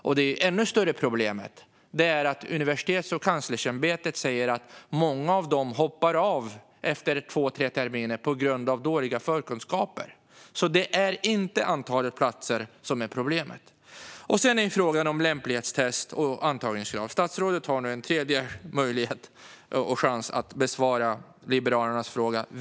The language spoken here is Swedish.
Ett ännu större problem är, säger Universitetskanslersämbetet, att många hoppar av efter två tre terminer på grund av dåliga förkunskaper. Det är alltså inte antalet platser som är problemet. När det gäller lämplighetstest och antagningskrav har statsrådet nu en tredje chans att besvara Liberalernas fråga.